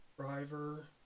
driver